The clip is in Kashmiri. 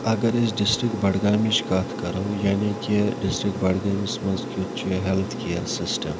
اگر أسۍ ڈِسٹِرٛک بَڈگامٕچ کتھ کَرو یعنی کہِ ڈِسٹِرٛک بڈگٲمِس منٛز کیُتھ چھِ ہٮ۪لٕتھ کِیَر سِسٹَم